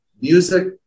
music